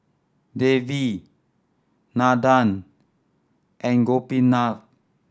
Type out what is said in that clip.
Devi Nandan and Gopinath